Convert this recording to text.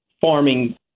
farming